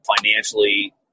financially